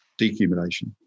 decumulation